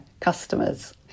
customers